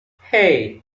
hey